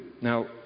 now